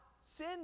sin